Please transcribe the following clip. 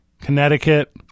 Connecticut